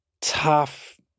tough